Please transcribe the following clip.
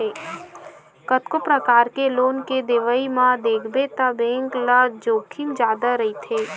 कतको परकार के लोन के देवई म देखबे त बेंक ल जोखिम जादा रहिथे